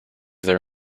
their